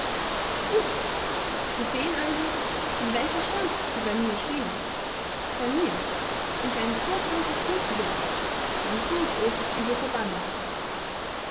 gut sie sehen also in welcher schuld sie bey mir stehen bey mir die ich ein so grosses gut gewähre ein so grosses uebel verbanne